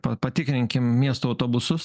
pa patikrinkim miesto autobusus